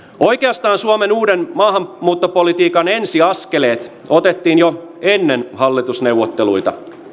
oikeastaan suomen uuden maahanmuuttopolitiikan ensiaskeleet otettiin jo ennen hallitusneuvotteluita